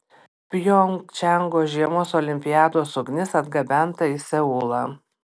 pjongčango žiemos olimpiados ugnis atgabenta į seulą